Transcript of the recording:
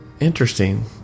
Interesting